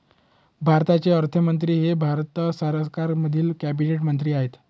भारताचे अर्थमंत्री हे भारत सरकारमधील कॅबिनेट मंत्री आहेत